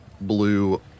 blue